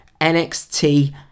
NXT